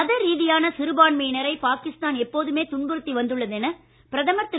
மத ரீதியான சிறுபான்மையினரை பாகிஸ்தான் எப்போதுமே துன்புறுத்தி வந்துள்ளது என பிரதமர் திரு